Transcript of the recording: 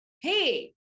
hey